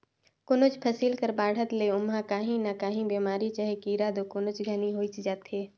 कोनोच फसिल कर बाढ़त ले ओमहा काही न काही बेमारी चहे कीरा दो कोनोच घनी होइच जाथे